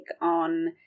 on